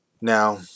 Now